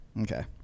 Okay